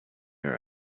her